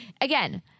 again